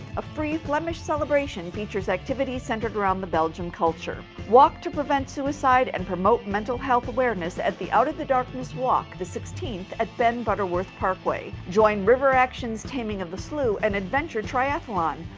a free flemish celebration, features activities centered around the belgian culture. walk to prevent suicide and promote mental health awareness at the out of the darkness walk, the sixteenth, at ben butterworth parkway. join river action's taming of the slough, an adventure triathlon.